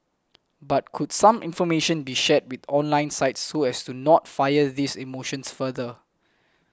but could some information be shared with online sites so as to not fire these emotions further